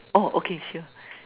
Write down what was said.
orh okay sure